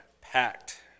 packed